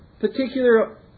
particular